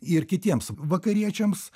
ir kitiems vakariečiams